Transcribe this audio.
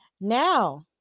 Now